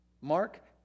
Mark